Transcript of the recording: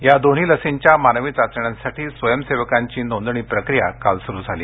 या दोन्ही लसींच्या मानवी चाचण्यांसाठी स्वयंसेवकांची नोंदणी प्रक्रीया आज सुरू झाली